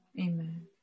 Amen